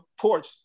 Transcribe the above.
porch